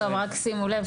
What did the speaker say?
אגב רק שימו לב,